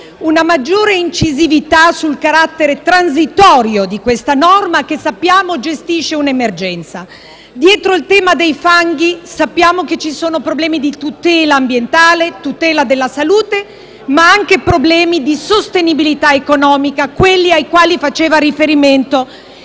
una maggiore incisività sul carattere transitorio di questa norma che - come sappiamo - gestisce un’emergenza. Dietro al tema dei fanghi sappiamo esserci problemi di tutela ambientale, di tutela della salute, ma anche problemi di sostenibilità economica, quelli ai quali faceva riferimento